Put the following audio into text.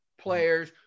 players